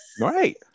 right